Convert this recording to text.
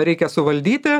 reikia suvaldyti